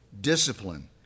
Discipline